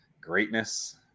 greatness